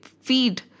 feed